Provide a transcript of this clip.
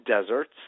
deserts